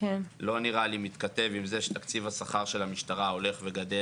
לא נראה לי מתכתב עם זה שתקציב השכר של המשטרה הולך וגדל